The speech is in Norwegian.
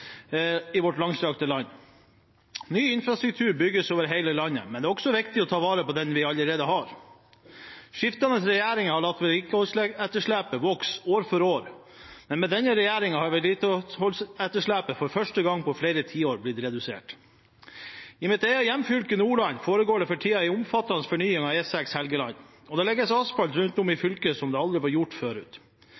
i vårt langstrakte land. Ny infrastruktur bygges over hele landet, men det er også viktig å ta vare på den vi allerede har. Skiftende regjeringer har latt vedlikeholdsetterslepet vokse år for år, men med denne regjeringen har vedlikeholdsetterslepet for første gang på flere tiår blitt redusert. I mitt eget hjemfylke, Nordland, foregår det for tiden en omfattende fornying av E6 Helgeland, og rundt om i